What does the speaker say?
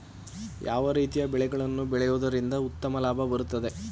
ಯಾವ ರೀತಿಯ ಬೆಳೆಗಳನ್ನು ಬೆಳೆಯುವುದರಿಂದ ಉತ್ತಮ ಲಾಭ ಬರುತ್ತದೆ?